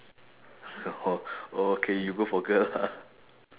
oh okay you go for girl ah